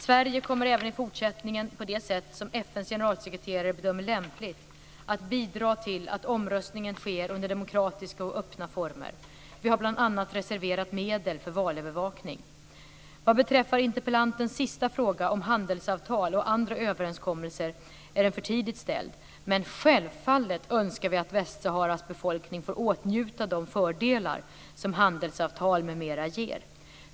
Sverige kommer även i fortsättningen, på det sätt som FN:s generalsekreterare bedömer lämpligt, att bidra till att omröstningen sker under demokratiska och öppna former. Vi har bl.a. reserverat medel för valövervakning. Vad beträffar interpellantens sista fråga om handelsavtal och andra överenskommelser är den för tidigt ställd, men självfallet önskar vi att Västsaharas befolkning får åtnjuta de fördelar som handelsavtal m.m. ger.